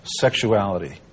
sexuality